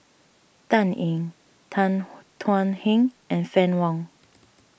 Dan Ying Tan Thuan Heng and Fann Wong